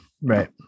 Right